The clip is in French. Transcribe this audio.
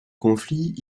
conflit